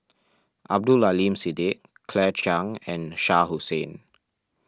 Abdul Aleem Siddique Claire Chiang and Shah Hussain